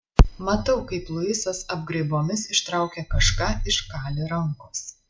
matau kaip luisas apgraibomis ištraukia kažką iš kali rankos